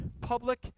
public